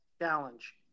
challenge